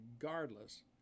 regardless